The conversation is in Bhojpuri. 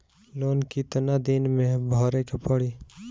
लोन कितना दिन मे भरे के पड़ी?